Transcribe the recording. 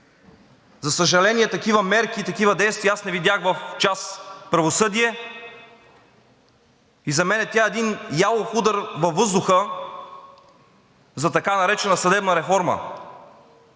За съжаление, такива мерки, такива действия аз не видях в част „Правосъдие“. За мен тя е един ялов удар във въздуха за така наречената съдебна реформа